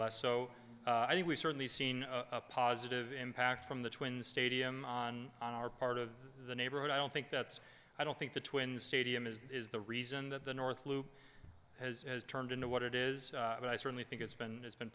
less so i think we've certainly seen a positive impact from the twin stadium on on our part of the neighborhood i don't think that's i don't think the twins stadium is the reason that the north loop has turned into what it is and i certainly think it's been has been